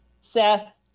Seth